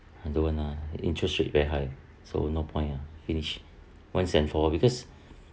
I don't want lah interest rate very high so no point ah finished once and for all because